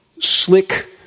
slick